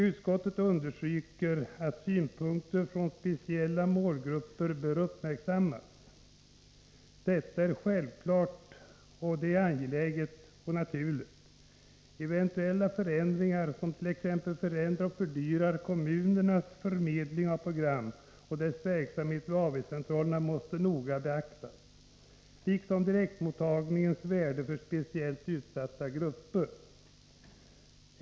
Utskottet understryker att synpunkter från speciella målgrupper bör uppmärksammas. Detta är självfallet angeläget, och det är naturligt. Eventuella förändringar som t.ex. fördyrar kommunernas förmedling av program och kommunernas verksamhet vid AV-centralerna måste noga beaktas liksom direktmottagningens värde för speciellt utsatta grupper. "